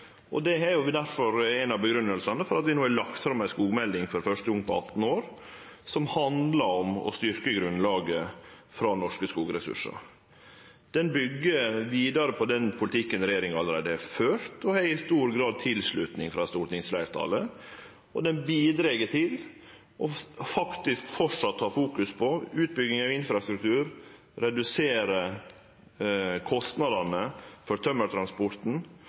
ein av grunnane til at vi no for første gong på 18 år har lagt fram ei skogmelding som handlar om å styrkje grunnlaget for norske skogressursar. Ho byggjer vidare på den politikken regjeringa allereie har ført, og har i stor grad tilslutning frå stortingsfleirtalet. Ho bidrar til framleis å fokusere på utbygging av infrastruktur og redusere kostnadene med tømmertransporten.